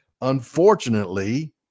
Unfortunately